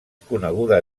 coneguda